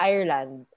Ireland